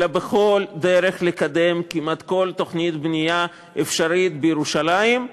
אלא בכל דרך לקדם כמעט כל תוכנית בנייה אפשרית בירושלים,